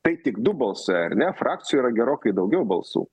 tai tik du balsai ar ne frakcijoj yra gerokai daugiau balsų